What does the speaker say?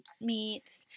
meats